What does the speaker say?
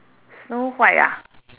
snow white ah